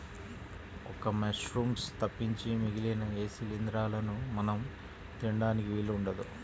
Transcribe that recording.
ఒక్క మశ్రూమ్స్ తప్పించి మిగిలిన ఏ శిలీంద్రాలనూ మనం తినడానికి వీలు ఉండదు